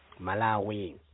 malawi